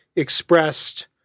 expressed